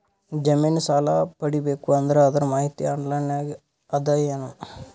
ಜಮಿನ ಸಾಲಾ ಪಡಿಬೇಕು ಅಂದ್ರ ಅದರ ಮಾಹಿತಿ ಆನ್ಲೈನ್ ನಾಗ ಅದ ಏನು?